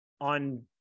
On